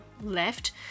left